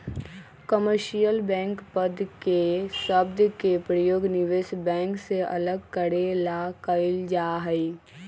commercial bank पद के शब्द के प्रयोग निवेश बैंक से अलग करे ला कइल जा हई